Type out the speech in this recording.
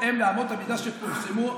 בהתאם לאמות המידה שפורסמו,